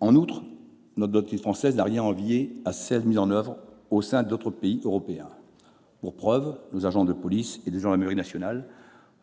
En outre, notre doctrine française n'a rien à envier à celles qui sont mises en oeuvre au sein des autres pays européens. Pour preuve, nos agents de police et de gendarmerie nationales